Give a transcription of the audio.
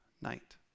night